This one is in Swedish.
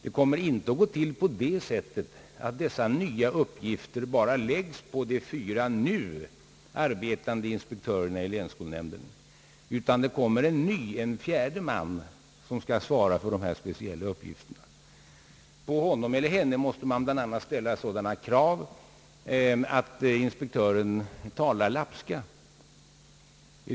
Det kommer inte att gå till på det sättet, att dessa nya uppgifter läggs på de fyra nu verksamma inspektörerna vid länsskolnämnden, utan en ny fjärde man skall svara för dessa speciella uppgifter. På honom eller henne måste man bl.a. ställa det kravet, att vederbörande talar lapska.